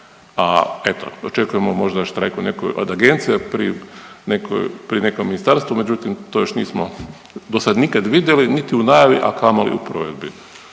a eto, očekujemo možda štrajk u nekoj od agencija pri nekoj, pri nekom ministarstvu, međutim, to još nismo do sad nikad vidjeli niti u najavi, a kamoli u provedbi.